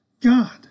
God